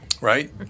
right